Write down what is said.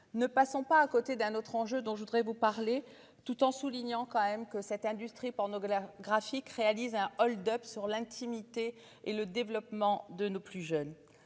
ne passons pas à côté d'un autre enjeu dont je voudrais vous parler, tout en soulignant quand même que cette industrie porno galère graphique réalise un hold-up sur l'intimité et le développement de nos plus jeunes